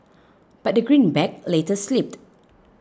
but the greenback later slipped